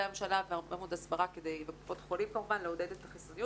הממשלה וקופות החולים והרבה מאוד הסברה לעודד את החיסוניות,